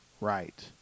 right